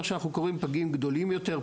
מה שאנחנו קוראים פגים גדולים יותר,